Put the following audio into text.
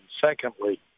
secondly